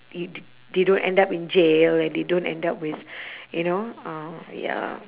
you they don't end up in jail and they don't end up with you know uh ya lah